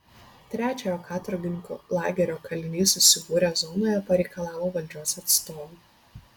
trečiojo katorgininkų lagerio kaliniai susibūrę zonoje pareikalavo valdžios atstovų